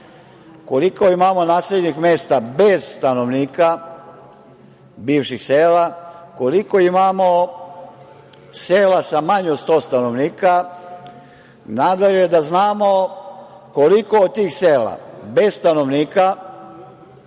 koliko ima naseljenih mesta bez stanovnika, bivših sela, koliko imamo sela sa manje od 100 stanovnika, da znamo koliko tih sela bez stanovnika